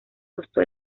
costó